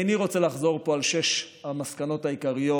איני רוצה לחזור פה על שש המסקנות העיקריות,